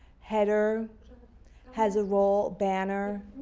header has a role, banner,